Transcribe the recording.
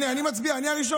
הינה, אני מצביע, אני הראשון.